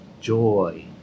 joy